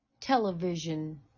television